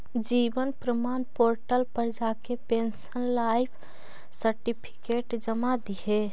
जीवन प्रमाण पोर्टल पर जाके पेंशनर लाइफ सर्टिफिकेट जमा दिहे